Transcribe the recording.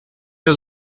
der